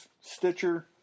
Stitcher